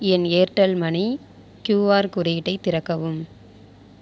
என் Airtel money QR குறியீட்டை திறக்கவும்